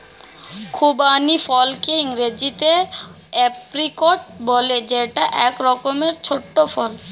খুবানি ফলকে ইংরেজিতে এপ্রিকট বলে যেটা এক রকমের ছোট্ট ফল